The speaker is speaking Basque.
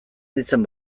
nintzen